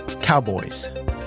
Cowboys